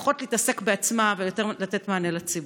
פחות להתעסק בעצמה ויותר לתת מענה לציבור.